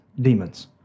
demons